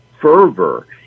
fervor